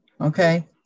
okay